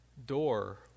Door